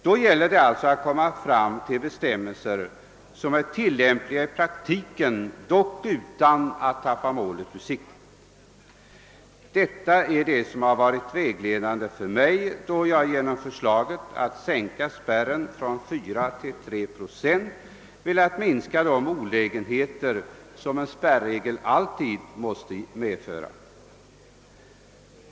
Det gäller alltså att skapa bestämmelser som är tilllämpliga i praktiken, dock utan att förlora målet ur sikte. Detta har varit vägledande för mig, då jag genom förslaget att sänka spärren från 4 till 3 procent velat minska de olägenheter, som en spärregel alltid måste medföra.